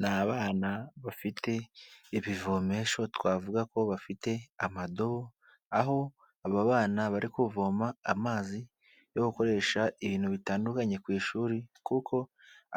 Ni abana bafite ibivomesho twavuga ko bafite amadobo aho aba bana bari kuvoma amazi yo gukoresha ibintu bitandukanye ku ishuri, kuko